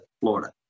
Florida